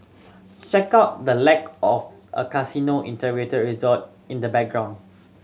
check out the lack of a casino integrated resort in the background